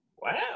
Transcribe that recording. Wow